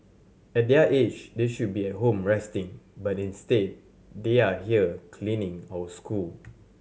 at their age they should be at home resting but instead they are here cleaning our school